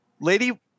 Lady